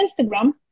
Instagram